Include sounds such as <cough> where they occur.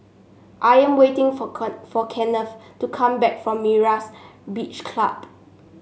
I am waiting for <unintelligible> for Kennth to come back from Myra's Beach Club